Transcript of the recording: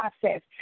process